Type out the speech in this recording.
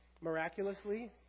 miraculously